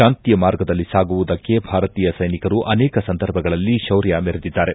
ಶಾಂತಿಯ ಮಾರ್ಗದಲ್ಲಿ ಸಾಗುವುದಕ್ಕೆ ಭಾರತೀಯ ಸೈನಿಕರು ಅನೇಕ ಸಂದರ್ಭಗಳಲ್ಲಿ ಶೌರ್ಯ ಮೆರೆದಿದ್ದಾರೆ